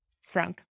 Frank